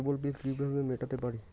কেবল bill কিভাবে মেটাতে পারি?